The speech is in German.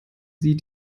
sie